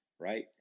right